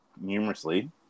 numerously